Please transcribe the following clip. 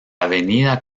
avenida